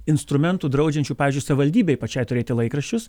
instrumentų draudžiančių pavyzdžiui savivaldybei pačiai turėti laikraščius